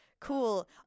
Cool